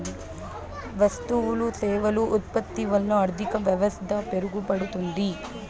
వస్తువులు సేవలు ఉత్పత్తి వల్ల ఆర్థిక వ్యవస్థ మెరుగుపడుతుంది